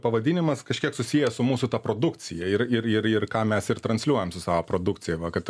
pavadinimas kažkiek susijęs su mūsų ta produkcija ir ir ir ir ką mes ir transliuojam su savo produkcija va kad